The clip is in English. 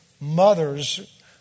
mothers